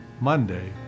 Monday